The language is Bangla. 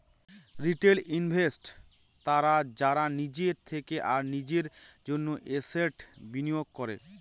রিটেল ইনভেস্টর্স তারা যারা নিজের থেকে আর নিজের জন্য এসেটস বিনিয়োগ করে